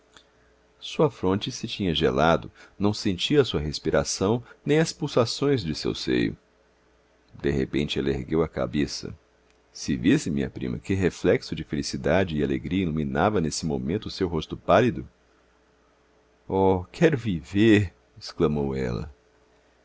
sua fronte se tinha gelado não sentia a sua respiração nem as pulsações de seu seio de repente ela ergueu a cabeça se visse minha prima que reflexo de felicidade e alegria iluminava nesse momento o seu rosto pálido oh quero viver exclamou ela